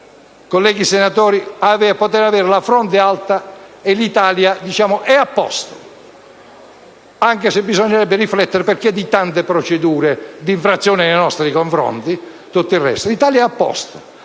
troveremo a poter stare a testa alta. L'Italia è a posto, anche se bisognerebbe riflettere sul perché di tante procedure di infrazione nei nostri confronti. L'Italia è a posto: